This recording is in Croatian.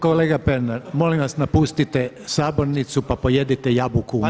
Kolega Pernar molim vas napustite sabornicu pa pojedite jabuku u miru.